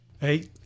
Hey